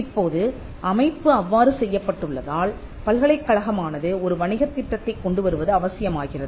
இப்போது அமைப்பு அவ்வாறு செய்யப்பட்டுள்ளதால் பல்கலைக்கழகமானது ஒரு வணிகத் திட்டத்தைக் கொண்டுவருவது அவசியமாகிறது